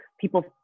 people